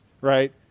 right